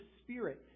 Spirit